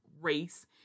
race